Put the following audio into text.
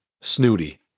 snooty